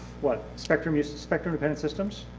what, spectrum yeah spectrum event systems,